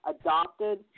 adopted